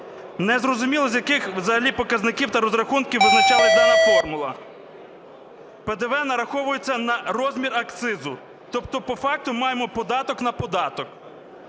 Незрозуміло, з яких взагалі показників та розрахунків визначалась дана формула. ПДВ нараховується на розмір акцизу, тобто по факту маємо податок на податок.